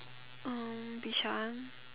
um Bishan